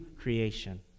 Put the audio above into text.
creation